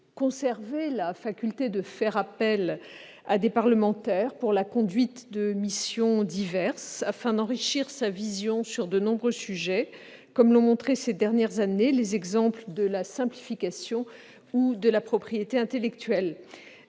conserver la faculté de faire appel à des parlementaires pour la conduite de missions diverses afin d'enrichir sa vision sur de nombreux sujets, comme ce fut le cas ces dernières années pour la simplification ou la propriété intellectuelle.